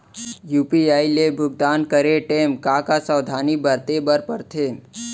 UPI ले भुगतान करे टेम का का सावधानी बरते बर परथे